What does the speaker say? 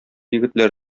егетләр